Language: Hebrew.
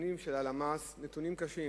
הנתונים של הלשכה המרכזית לסטטיסטיקה הם נתונים קשים.